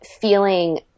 feeling